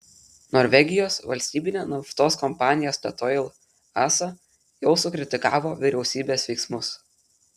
norvegijos valstybinė naftos kompanija statoil asa jau sukritikavo vyriausybės veiksmus